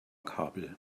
kabel